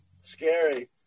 Scary